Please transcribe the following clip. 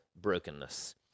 brokenness